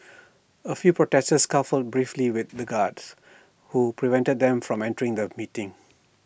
A few protesters scuffled briefly with the guards who prevented them from entering the meeting